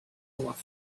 north